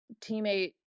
teammate